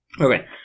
Okay